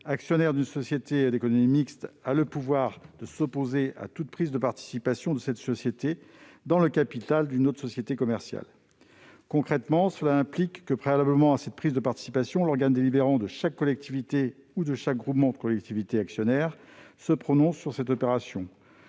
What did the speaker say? actionnaires d'une SEM a le pouvoir de s'opposer à toute prise de participation de cette société dans le capital d'une autre société commerciale. Concrètement, cela implique que, préalablement à cette prise de participation, l'organe délibérant de chaque collectivité ou de chaque groupement de collectivités actionnaires se prononce sur cette opération.